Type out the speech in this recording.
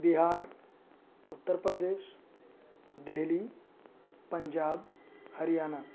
Bihar Uttar Pradesh Delhi Punjab Haryana